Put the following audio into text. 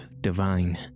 divine